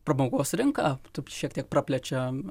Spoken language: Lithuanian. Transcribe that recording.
prabangos rinką taip šiek tiek praplečiam